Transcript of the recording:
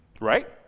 Right